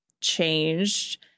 changed